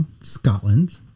Scotland